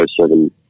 seven